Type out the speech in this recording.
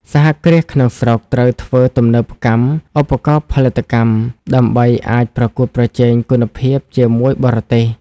សហគ្រាសក្នុងស្រុកត្រូវធ្វើទំនើបកម្មឧបករណ៍ផលិតកម្ម ដើម្បីអាចប្រកួតប្រជែងគុណភាពជាមួយបរទេស។